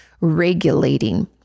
regulating